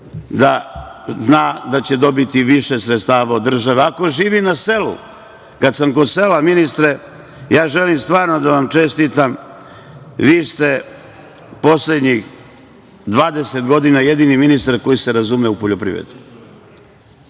da zna da će dobiti više sredstava od država. Ako živi na selu…Kad sam kod sela, ministre, ja želim stvarno da vam čestitam, vi ste poslednjih 20 godina jedini ministar koji se razume u poljoprivredu.